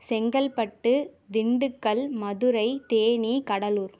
Chengalpattu Dindigul Madurai Theni Cuddalore